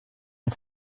une